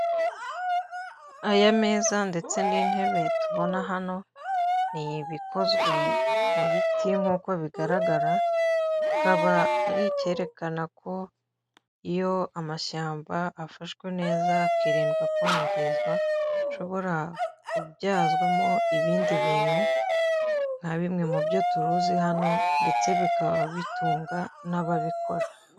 Aya meza ndetse n'intebe tubona hano ni ibikozwe mu biti nkuko bigaragara bikaba ari icyerekana ko iyo amashyamba afashwe neza akirindwa kwangizwa ashobora kubyazwamo ibindi bintu nka bimwe mubyo turuzi hano ndetse bikaba bitunga n'ababikora.